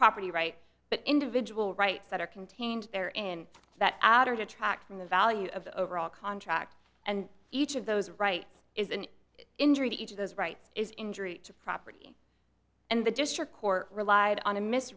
property right but individual rights that are contained in that outer detract from the value of the overall contract and each of those rights is an injury to each of those rights is injury to property and the district court relied on a mis